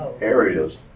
areas